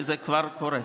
כי זה כבר קורה.